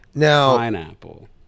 pineapple